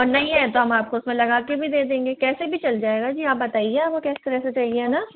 और नहीं है तो हम आपको इसमें लगा कर भी दे देंगे कैसे भी चल जाएगा जी आप बताइए आपको किस तरह से चाहिए है न